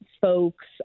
folks